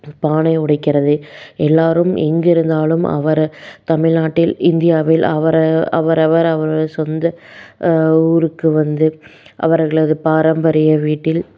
பானை உடைக்கின்றது எல்லோரும் எங்கே இருந்தாலும் அவர் தமிழ்நாட்டில் இந்தியாவில் அவர் அவர்வர் அவர் சொந்த ஊருக்கு வந்து அவர்களது பாரம்பரிய வீட்டில்